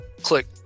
click